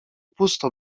pusto